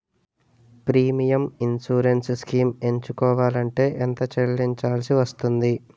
Premium insurance schemes ఎంచుకోవలంటే ఎంత చల్లించాల్సివస్తుంది??